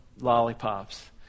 lollipops